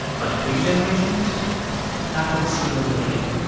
but three generations that would seal the deal.